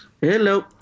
hello